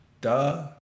duh